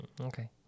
Okay